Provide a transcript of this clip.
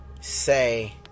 say